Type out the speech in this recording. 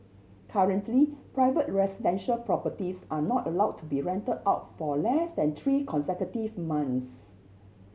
currently private residential properties are not allow to be rent out for less than three consecutive months